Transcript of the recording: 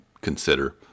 consider